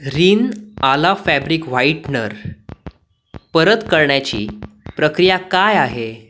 रिन आला fabric whitener परत करण्याची प्रक्रिया काय आहे